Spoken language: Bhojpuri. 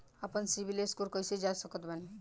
आपन सीबील स्कोर कैसे जांच सकत बानी?